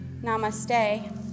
Namaste